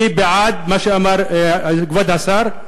אני בעד מה שאמר כבוד השר,